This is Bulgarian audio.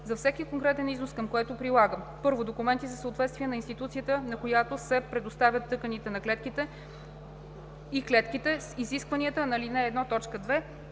за всеки конкретен износ, към което прилага: 1. документи за съответствие на институцията, на която се предоставят тъканите и клетките, с изискванията на ал. 1,